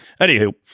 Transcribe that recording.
Anywho